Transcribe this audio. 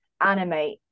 animate